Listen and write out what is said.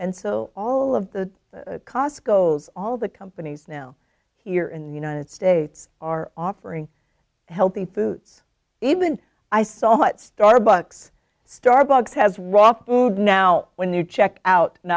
and so all of the cost goes all the companies now here in the united states are offering healthy foods even i thought starbucks starbucks has raw food now when they check out and